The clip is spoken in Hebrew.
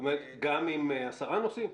גם עם עשרה נוסעים?